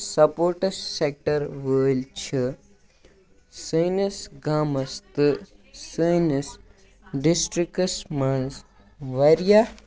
sports sector وٲلۍ چھِ سٲنِس گامَس تہٕ سٲنِس ڈِسٹِرٛکَس منٛز واریاہ